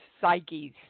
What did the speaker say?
psyches